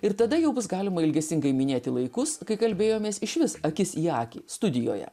ir tada jau bus galima ilgesingai minėti laikus kai kalbėjomės išvis akis į akį studijoje